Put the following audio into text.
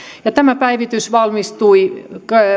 selvitykseen tämä päivitys valmistui